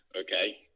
okay